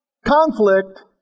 Conflict